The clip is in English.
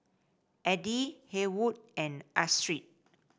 Eddie Haywood and Astrid